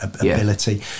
ability